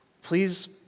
Please